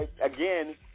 again